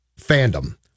fandom